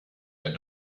der